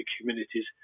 communities